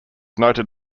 noted